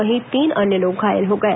वहीं तीन अन्य लोग घायल हो गए